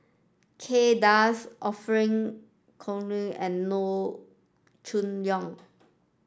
Kay Das Orfeur Cavenagh and Loo Choon Yong